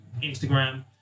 Instagram